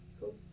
cool